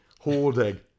Hoarding